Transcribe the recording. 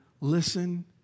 Listen